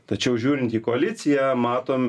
tačiau žiūrint į koaliciją matom